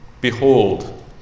Behold